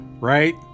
Right